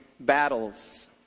Battles